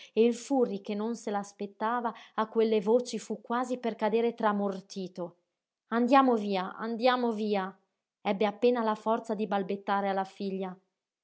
e il furri che non se l'aspettava a quelle voci fu quasi per cadere tramortito andiamo via andiamo via ebbe appena la forza di balbettare alla figlia